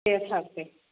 दे सार दे